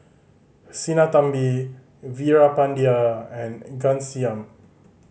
Sinnathamby Veerapandiya and Ghanshyam